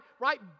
right